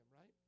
right